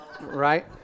right